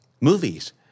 movies